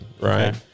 Right